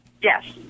Yes